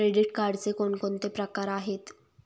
Credit कार्डचे कोणकोणते प्रकार आहेत?